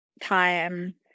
time